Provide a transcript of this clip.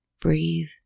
breathe